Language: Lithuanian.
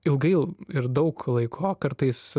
ilgai ir daug laiko kartais